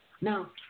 Now